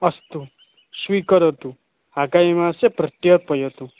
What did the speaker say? अस्तु स्वीकरोतु आगामिमासे प्रत्यर्पयतु